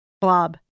blob